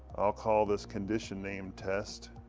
i'll call this condition name test